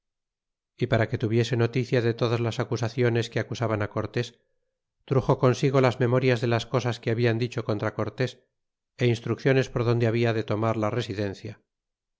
y para que tuviese noticia de todas las acusaciones que acusaban cortes truxo consigo las memorias le las cosas que hablan dicho contra cortés é instrucciones por donde habla de tomar la residencia